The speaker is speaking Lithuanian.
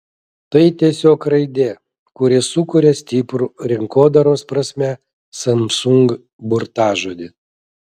tai tiesiog raidė kuri sukuria stiprų rinkodaros prasme samsung burtažodį